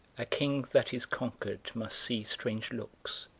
a king that is conquered must see strange looks,